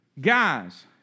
Guys